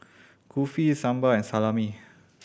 Kulfi Sambar and Salami